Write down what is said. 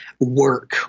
work